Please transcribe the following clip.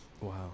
Wow